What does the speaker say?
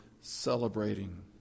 celebrating